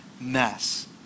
mess